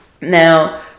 Now